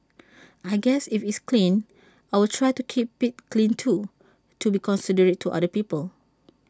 I guess if it's clean I will try to keep IT clean too to be considerate to other people